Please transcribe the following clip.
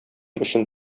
өчен